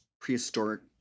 prehistoric